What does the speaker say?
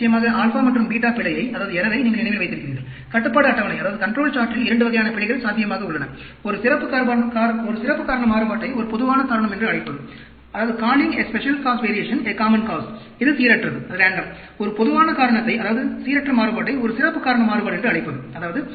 நிச்சயமாக α மற்றும் β பிழையை நீங்கள் நினைவில் வைத்திருக்கிறீர்கள் கட்டுப்பாடு அட்டவணையில் 2 வகையான பிழைகள் சாத்தியமாக உள்ளன ஒரு சிறப்பு காரண மாறுபாட்டை ஒரு பொதுவான காரணம் என்று அழைப்பது இது சீரற்றது ஒரு பொதுவான காரணத்தை அதாவது சீரற்ற மாறுபாட்டை ஒரு சிறப்பு காரண மாறுபாடு என்று அழைப்பது